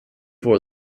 for